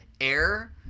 Air